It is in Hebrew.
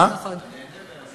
נכון, נכון.